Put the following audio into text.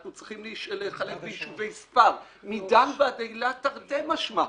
אנחנו צריכים לחלק ליישובי ספר מדן ועד אילת תרתי משמע.